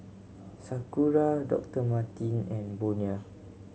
Sakura Doctor Martens and Bonia